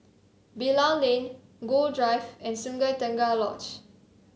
Bilal Lane Gul Drive and Sungei Tengah Lodge